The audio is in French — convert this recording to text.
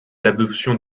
l’adoption